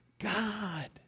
God